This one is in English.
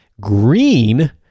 green